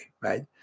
right